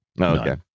Okay